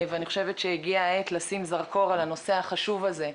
אני חושבת שהגיעה העת לשים זרקור על הנושא החשוב הזה,